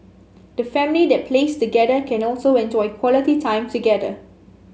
the family that plays together can also enjoy quality time together